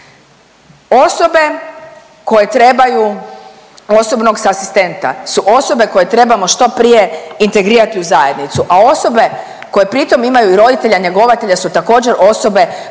Osobe koje trebaju osobnog asistenta su osobe koje trebamo što prije integrirati u zajednicu, a osobe koje pritom imaju i roditelja njegovatelja su također, osobe